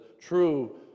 true